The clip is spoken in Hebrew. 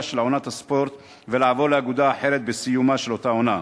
של עונת הספורט ולעבור לאגודה האחרת בסיומה של אותה עונה.